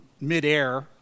midair